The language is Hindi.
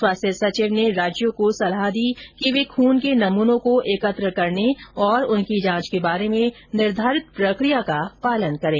स्वास्थ्य सचिव ने राज्यों को सलाह दी कि वे खुन के नमनों को एकत्र करने और उनकी जांच के बारे में निर्धारित प्रक्रिया का पालन करें